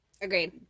Agreed